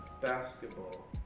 basketball